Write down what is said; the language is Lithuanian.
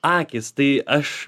akys tai aš